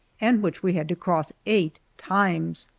and which we had to cross eight times.